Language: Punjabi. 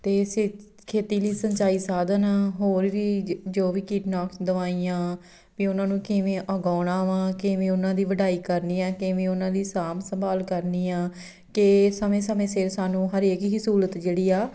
ਅਤੇ ਸੇ ਖੇਤੀ ਲਈ ਸਿੰਚਾਈ ਸਾਧਨ ਹੋਰ ਵੀ ਜੋ ਵੀ ਕੀਟਨਾਸ਼ਕ ਦਵਾਈਆਂ ਵੀ ਉਹਨਾਂ ਨੂੰ ਕਿਵੇਂ ਉਗਾਉਣਾ ਵਾ ਕਿਵੇਂ ਉਹਨਾਂ ਦੀ ਵਡਾਈ ਕਰਨੀ ਹੈ ਕਿਵੇਂ ਉਹਨਾਂ ਦੀ ਸਾਂਭ ਸੰਭਾਲ ਕਰਨੀ ਆ ਕਿ ਸਮੇਂ ਸਮੇਂ ਸਿਰ ਸਾਨੂੰ ਹਰੇਕ ਹੀ ਸਹੂਲਤ ਜਿਹੜੀ ਆ